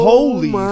Holy